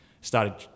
started